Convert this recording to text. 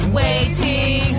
waiting